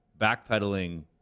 backpedaling